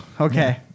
Okay